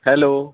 hello